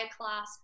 class